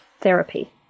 therapy